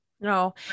No